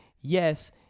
yes